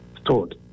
stored